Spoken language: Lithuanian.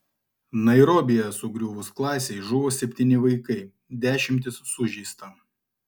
nairobyje sugriuvus klasei žuvo septyni vaikai dešimtys sužeista